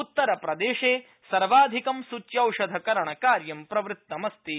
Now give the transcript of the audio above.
उत्तरप्रदेशे सर्वाधिकं सूच्यौषध करणकार्यं प्रवृत्तम अस्ति